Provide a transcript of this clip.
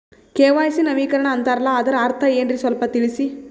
KYC ನವೀಕರಣ ಅಂತಾರಲ್ಲ ಅದರ ಅರ್ಥ ಏನ್ರಿ ಸ್ವಲ್ಪ ತಿಳಸಿ?